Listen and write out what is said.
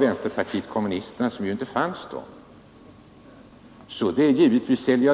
Vänsterpartiet kommunisterna fanns ju inte då, men det som vårt parti har gjort ställer